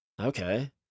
Okay